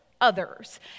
others